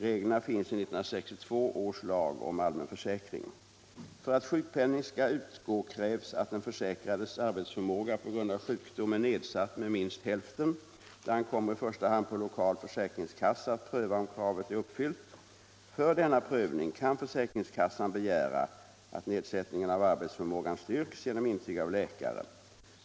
Reglerna finns i 1962 års lag om allmän försäkring. För att sjukpenning skall utgå krävs att den försäkrades arbetsförmåga på grund av sjukdom är nedsatt med minst hälften. Det ankommer i första hand på lokal försäkringskassa att pröva om kravet är uppfyllt. För denna prövning kan försäkringskassan begära att nedsättningen av arbetsförmågan styrks genom intyg av läkare.